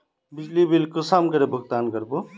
बिजली बिल कुंसम करे भुगतान कर बो?